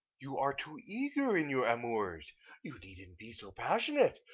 you are too eager in your amours you needn't be so passionate.